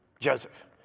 Joseph